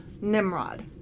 Nimrod